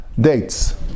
dates